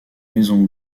maison